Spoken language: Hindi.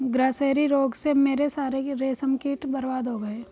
ग्रासेरी रोग से मेरे सारे रेशम कीट बर्बाद हो गए